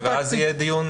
אז תראו את הפרטים.